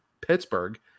Pittsburgh